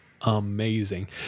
amazing